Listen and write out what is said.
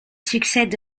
succède